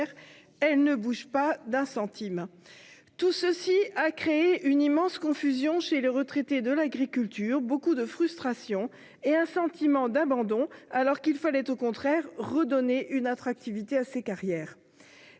elle ne varie pas d'un centime ! Tout cela a engendré une immense confusion chez les retraités de l'agriculture, beaucoup de frustration et un sentiment d'abandon, alors qu'il fallait au contraire redonner de l'attractivité aux carrières